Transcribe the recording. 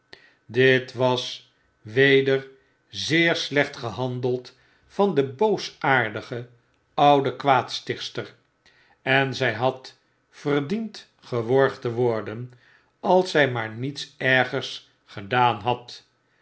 dit was weder zeer slecht gehandeld van de boosaardige oude kwaadstichtster en zy had verdiend geworgd te worden als zy maar niets ergers gedaan had